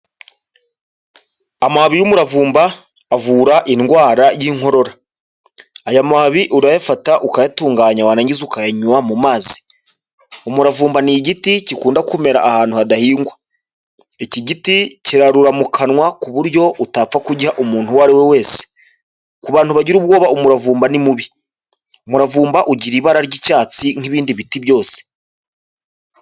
Amababi y'umuravumba avura indwara y'inkorora. Aya mababi urayafata ukayatunganya wa wangiza ukayinywa mu mazi. Umuravumba ni igiti gikunda kumera ahantu hadahingwa. Iki giti kirarura mu kanwa ku buryo utapfa kugiha umuntu uwo ari we wese. Ku bantu bagira ubwoba umuravumba ni mubi. Umuravumba ugira ibara ry'icyatsi nk'ibindi biti byose.